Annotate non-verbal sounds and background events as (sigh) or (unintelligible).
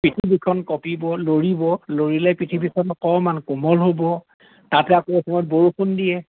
পৃথিৱীখন কঁপিব লৰিব লৰিলে পৃথিৱীখন অকণমান কোমল হ'ব তাতে আকৌ (unintelligible) বৰষুণ দিয়ে